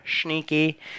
sneaky